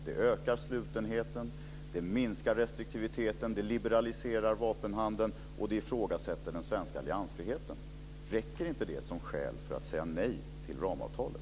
Det ökar slutenheten, det minskar restriktiviteten, det liberaliserar vapenhandeln, och det ifrågasätter den svenska alliansfriheten. Räcker inte det som skäl för att säga nej till ramavtalet?